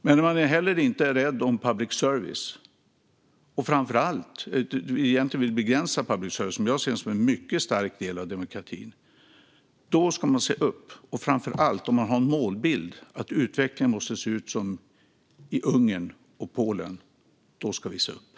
Framför allt är man inte rädd om public service, som jag ser som en mycket stark del av demokratin, utan vill begränsa den. Man har målbilden att utvecklingen måste se ut som i Ungern och Polen. Då ska vi se upp.